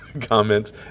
comments